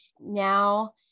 Now